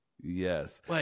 Yes